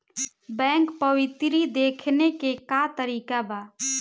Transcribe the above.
Bank पवती देखने के का तरीका बा?